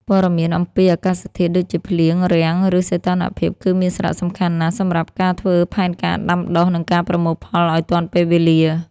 ព័ត៌មានអំពី អាកាសធាតុ ដូចជាភ្លៀង រាំង ឬសីតុណ្ហភាព គឺមានសារៈសំខាន់ណាស់សម្រាប់ការធ្វើផែនការដាំដុះ និងការប្រមូលផលឱ្យទាន់ពេលវេលា។